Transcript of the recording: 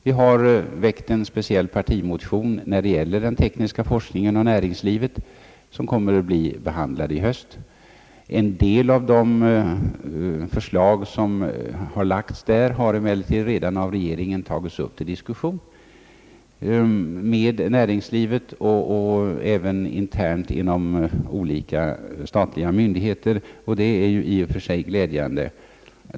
Vi har väckt en särskild partimotion rörande den tekniska forskningen i näringslivet, som kommer att bli behandlad i höst. En del av de förslag som framlagts i den motionen har av regeringen redan tagits upp till diskussion med näringslivet och även internt inom olika statliga myndigheter, vilket ju i och för sig är glädjande.